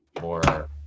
more